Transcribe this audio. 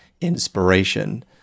inspiration